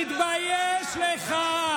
תתבייש לך.